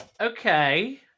Okay